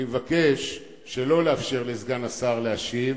אני מבקש שלא לאפשר לסגן השר להשיב,